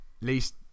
least